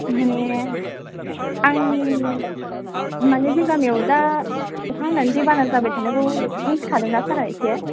माने आं माने जोंनि गामियाव दा अखा हानानै दैबाना जाबाय थानायखौ मिनथिखादोंना सारआ एसे